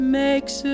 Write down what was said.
makes